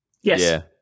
Yes